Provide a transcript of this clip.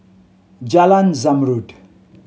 Jalan Zamrud